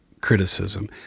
criticism